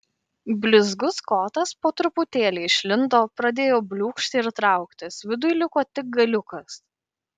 blizgus kotas po truputėlį išlindo pradėjo bliūkšti ir trauktis viduj liko tik galiukas